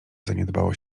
zaniedbało